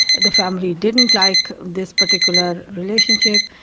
the family didn't like this particular relationship.